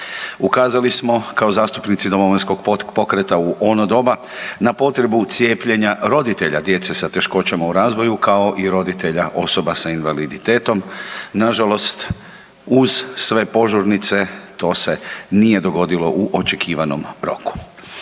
Ukazali smo kao zastupnici Domovinskog pokreta u ono doba na potrebu cijepljenja roditelja djece sa teškoćama u razvoju, kao i roditelja osoba sa invaliditetom, nažalost uz sve požurnice to se nije dogodilo u očekivanom roku.